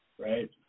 right